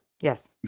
Yes